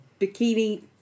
Bikini